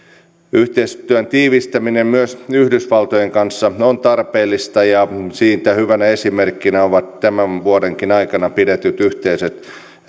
yhteistyön tiivistäminen myös yhdysvaltojen kanssa on tarpeellista ja siitä hyvänä esimerkkinä ovat tämänkin vuoden aikana pidetyt yhteiset